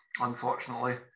unfortunately